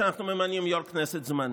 שבה אנחנו ממנים יו"ר כנסת זמני?